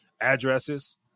addresses